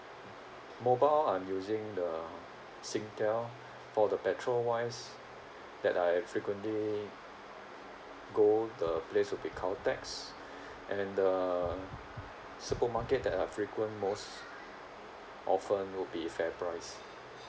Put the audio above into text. mobile I'm using the singtel for the petrol wise that I frequently go the place would be caltex and uh supermarket that I frequent most often would be FairPrice